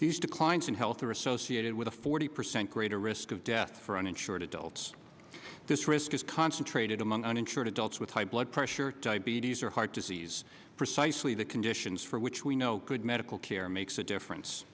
these declines in health are associated with a forty percent greater risk of death for uninsured adults this risk is concentrated among uninsured adults with high blood pressure diabetes or heart disease precisely the conditions for which we know good medical care makes a difference